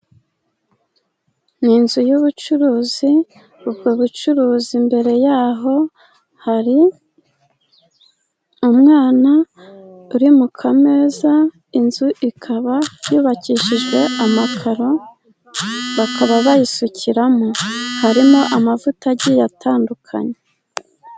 Ni inzu y'ubucuruzi, ubwo bucuruzi imbere yaho hari umwana uri mu kameza, inzu ikaba yubakishije amakaro, bakaba bayisukiramo, harimo amavuta atandukanye.